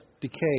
decay